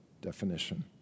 definition